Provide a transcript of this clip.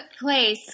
place